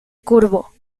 curvo